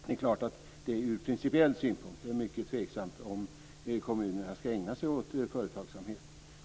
Det är klart att det ur principiell synpunkt är mycket tveksamt om kommunerna skall ägna sig åt företagsamhet.